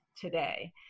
today